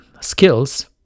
skills